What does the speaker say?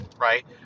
right